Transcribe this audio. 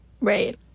right